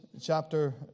chapter